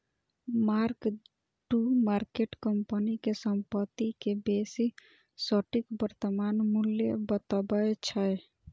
mark to market company के संपत्ति के बेसी सटीक वर्तमान मूल्य बतबै छै